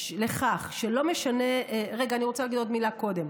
לכך שלא משנה, רגע, אני רוצה להגיד עוד מילה קודם.